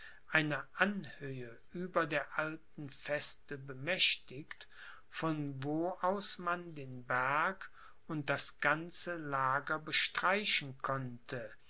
einer anhöhe über der alten feste bemächtigt von wo aus man den berg und das ganze lager bestreichen konnte